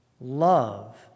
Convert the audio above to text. love